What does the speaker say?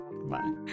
Bye